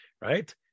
right